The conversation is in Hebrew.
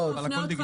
חושבת שצריך